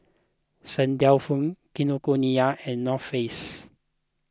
St Dalfour Kinokuniya and North Face